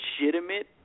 legitimate